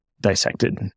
dissected